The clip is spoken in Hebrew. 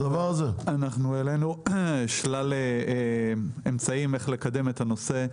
אנחנו העלנו שלל אמצעים שבהם ניתן לקדם את הנושא.